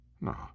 No